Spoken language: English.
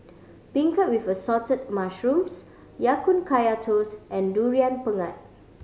beancurd with Assorted Mushrooms Ya Kun Kaya Toast and Durian Pengat